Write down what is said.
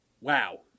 wow